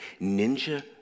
ninja